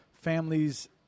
families